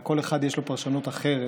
הרי לכל אחד יש פרשנות אחרת